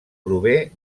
prové